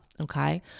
Okay